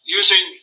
using